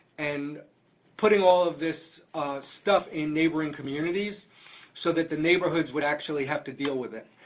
and putting all of this stuff in neighboring communities so that the neighborhoods would actually have to deal with it.